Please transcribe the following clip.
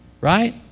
right